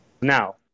now